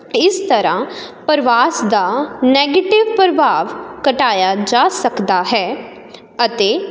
ਇਸ ਤਰ੍ਹਾਂ ਪਰਵਾਸ ਦਾ ਨੈਗਟਿਵ ਪ੍ਰਭਾਵ ਘਟਾਇਆ ਜਾ ਸਕਦਾ ਹੈ ਅਤੇ